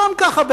סתם ככה,